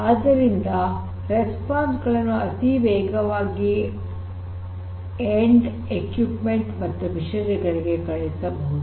ಆದ್ದರಿಂದ ರೆಸ್ಪಾನ್ಸ್ ಗಳನ್ನು ಅತಿ ವೇಗವಾಗಿ ಎಂಡ್ ಇಕ್ವಿಪ್ಮೆಂಟ್ ಮತ್ತು ಯಂತ್ರೋಪಕರಣಗಳಿಗೆ ಕಳುಹಿಸಬಹುದು